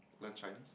learn Chinese